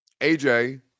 AJ